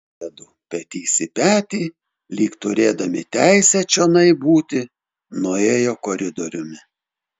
jiedu petys į petį lyg turėdami teisę čionai būti nuėjo koridoriumi